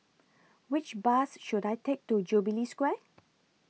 Which Bus should I Take to Jubilee Square